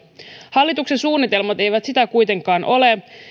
hallituksen suunnitelmat eivät sitä kuitenkaan ole